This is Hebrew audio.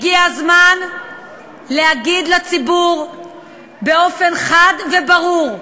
הגיע הזמן להגיד לציבור באופן חד וברור,